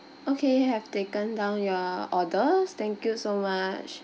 okay have taken down your orders thank you so much